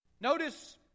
Notice